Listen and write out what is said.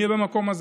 יהיה במקום הזה.